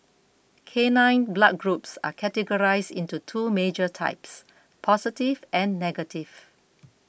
canine blood groups are categorised into two major types positive and negative